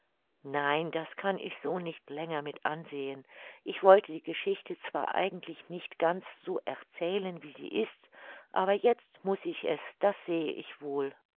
nein das kann ich so nicht länger mit ansehen ich wollte die geschichte zwar eigentlich nicht ganz so erzählen wie sie ist aber jetzt muß ich es das sehe ich wohl